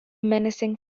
menacing